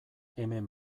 hemen